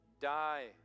die